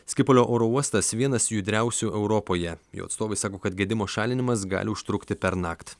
skipolio oro uostas vienas judriausių europoje jo atstovai sako kad gedimo šalinimas gali užtrukti pernakt